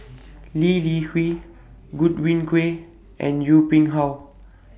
Lee Li Hui Godwin Koay and Yong Pung How